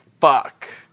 fuck